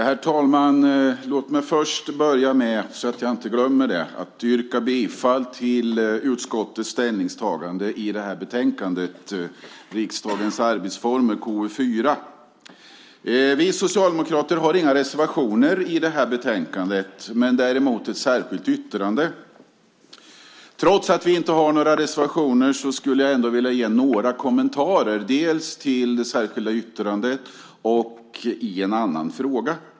Herr talman! Låt mig börja med, så att jag inte glömmer det, att yrka bifall till utskottets ställningstagande i det här betänkandet, Riksdagens arbetsformer , KU4. Vi socialdemokrater har inga reservationer i det här betänkandet, men däremot ett särskilt yttrande. Trots att vi inte har några reservationer skulle jag vilja ge några kommentarer, dels till vårt särskilda yttrande, dels i en annan fråga.